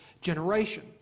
generation